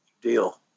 deal